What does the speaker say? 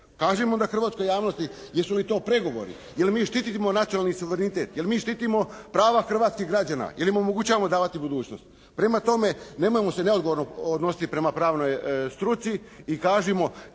Kažemo onda hrvatskoj javnosti jesu li to pregovori? Jel mi štitimo nacionalni suverenitet? Jel mi štitimo prava hrvatskih građana? Jel im omogućavamo davati budućnost? Prema tome, nemojmo se neodgovorno odnositi prema pravnoj struci i kažemo